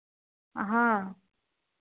हाँ